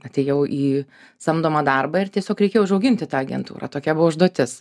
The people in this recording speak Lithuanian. atėjau į samdomą darbą ir tiesiog reikėjo užauginti tą agentūrą tokia buvo užduotis